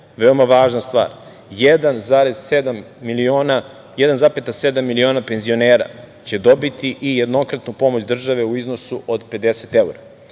veoma važna stvar, 1,7 miliona penzionera će dobiti i jednokratnu pomoć države u iznosu od 50 evra.